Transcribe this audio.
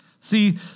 See